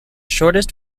shortest